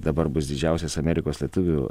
dabar bus didžiausias amerikos lietuvių